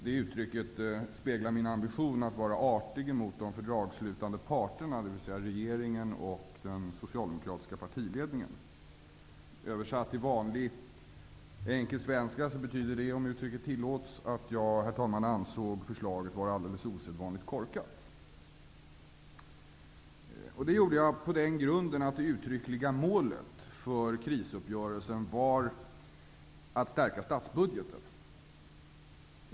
Det uttrycket speglar min ambition att vara artig mot de fördragsslutande parterna, dvs. regeringen och den socialdemokratiska partiledningen. Översatt till vanlig, enkel svenska betyder det, om uttrycket tillåts, herr talman, att jag ansåg förslaget vara alldeles osedvanligt korkat. Det gjorde jag på grund av att det uttryckliga målet för krisuppgörelsen var att stärka statsbudgeten.